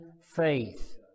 faith